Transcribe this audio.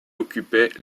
occupait